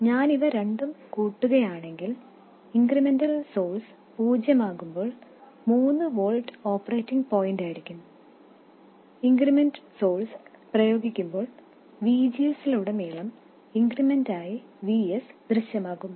അതിനാൽ ഞാൻ ഇവ രണ്ടും കൂട്ടുകയാണെങ്കിൽ ഇൻക്രിമെന്റൽ സോഴ്സ് പൂജ്യമാകുമ്പോൾ 3 വോൾട്ട് ഓപ്പറേറ്റിംഗ് പോയിന്റായിരിക്കും ഇൻക്രിമെൻറ് സോഴ്സ് പ്രയോഗിക്കുമ്പോൾ VGS ലുടനീളം ഇൻക്രിമെന്റായി Vs ദൃശ്യമാകും